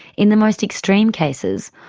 in the most extreme cases,